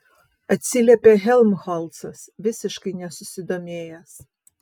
atsiliepė helmholcas visiškai nesusidomėjęs